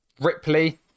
Ripley